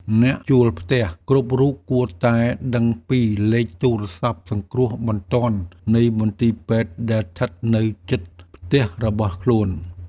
អ្នកជួលផ្ទះគ្រប់រូបគួរតែដឹងពីលេខទូរស័ព្ទសង្គ្រោះបន្ទាន់នៃមន្ទីរពេទ្យដែលស្ថិតនៅជិតផ្ទះរបស់ខ្លួន។